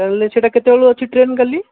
ତାହେଲେ ସେଟା କେତେବେଳୁ ଅଛି ଟ୍ରେନ୍ କାଲି